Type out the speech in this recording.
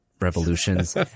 revolutions